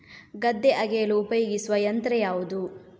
ಗದ್ದೆ ಅಗೆಯಲು ಉಪಯೋಗಿಸುವ ಯಂತ್ರ ಯಾವುದು?